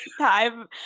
time